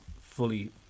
fully